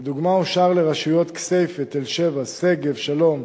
לדוגמה, אושר לרשויות כסייפה, תל-שבע, שגב-שלום,